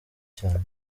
cyanjye